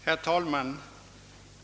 Herr talman!